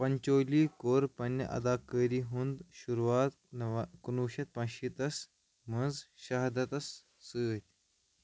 پنچولی کوٚر پنٛنہِ اداکٲری ہُنٛد شروعات کُنٛوُہ شتھ پانٛشیٖتس منٛز شہادتس سۭتۍ